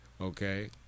Okay